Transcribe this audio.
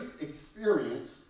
experience